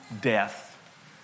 death